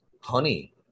honey